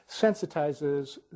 sensitizes